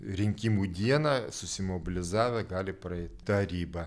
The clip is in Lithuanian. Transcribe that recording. rinkimų dieną susimobilizavę gali praeit tarybą